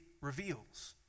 reveals